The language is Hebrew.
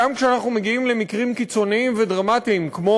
גם כשאנחנו מגיעים לנושאים קיצוניים ודרמטיים כמו